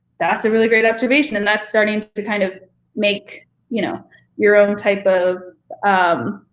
that's a really great observation. and that's starting to kind of make you know your own type of um